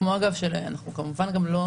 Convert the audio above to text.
כמובן לא לא